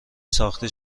ساخته